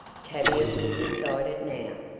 tavia was beside it now.